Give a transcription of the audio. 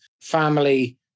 family